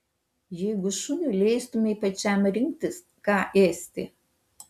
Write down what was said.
jeigu šuniui leistumei pačiam rinktis ką ėsti